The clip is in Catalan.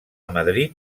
madrid